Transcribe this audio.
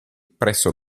presso